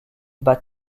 bat